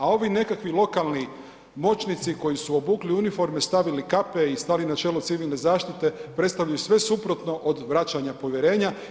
A ovi nekakvi lokalni moćnici koji su obukli uniforme, stavili kape i stali na čelo Civilne zaštite predstavljaju sve suprotno od vraćanja povjerenja.